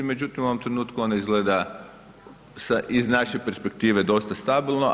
Međutim u ovom trenutku ona izgleda iz naše perspektive dosta stabilno.